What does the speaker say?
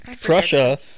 Prussia